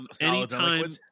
Anytime